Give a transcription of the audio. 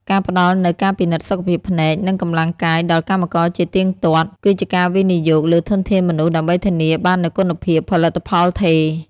ការផ្តល់នូវការពិនិត្យសុខភាពភ្នែក និងកម្លាំងកាយដល់កម្មករជាទៀងទាត់ គឺជាការវិនិយោគលើធនធានមនុស្សដើម្បីធានាបាននូវគុណភាពផលិតផលថេរ។